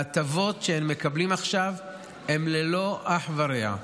ההטבות שהם מקבלים עכשיו הן ללא אח ורע.